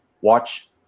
watch